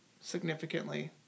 significantly